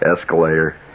escalator